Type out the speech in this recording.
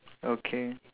okay